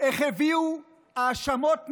איך הביאו האשמות נבזיות,